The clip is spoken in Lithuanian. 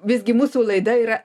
visgi mūsų laida yra